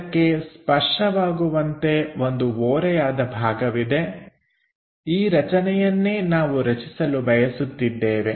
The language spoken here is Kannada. ಅದಕ್ಕೆ ಸ್ಪರ್ಶವಾಗುವಂತೆ ಒಂದು ಓರೆಯಾದ ಭಾಗವಿದೆ ಈ ರಚನೆಯನ್ನೇ ನಾವು ರಚಿಸಲು ಬಯಸುತ್ತಿದ್ದೇವೆ